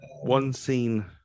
one-scene